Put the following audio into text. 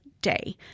day